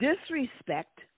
disrespect